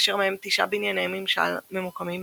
אשר מהם 9 בנייני ממשל, ממוקמים בוורשה.